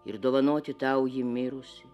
ir dovanoti tau jį mirusį